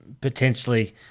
potentially